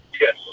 Yes